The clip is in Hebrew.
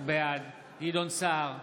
בעד גדעון סער,